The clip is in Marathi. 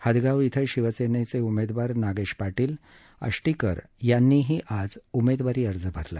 हदगाव ॐ शिवसेना उमेदवार नागेश पाटील आष्टीकर यांनीही आज उमेदवारी अर्ज भरला